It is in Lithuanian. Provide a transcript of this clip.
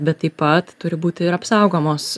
bet taip pat turi būti ir apsaugomos